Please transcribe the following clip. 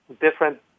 different